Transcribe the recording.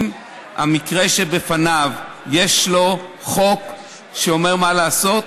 אם המקרה שבפניו יש חוק שאומר לו מה לעשות,